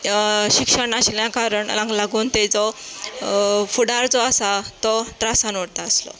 शिक्षण आशिल्ल्या कारणाक लागून ताजो फुडार जो आसा तो त्रासान उरता आसलो